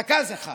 רכז אחד